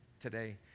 today